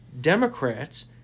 Democrats